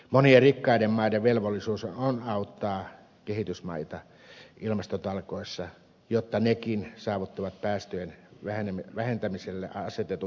monien rikkaiden maiden velvollisuus on auttaa kehitysmaita ilmastotalkoissa jotta nekin saavuttavat päästöjen vähentämiselle asetetut tavoitteet